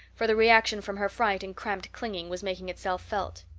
for the reaction from her fright and cramped clinging was making itself felt.